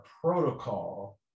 protocol